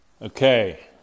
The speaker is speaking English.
okay